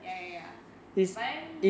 ya ya ya but then